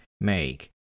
make